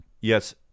yes